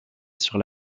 sur